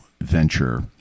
venture